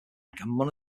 economic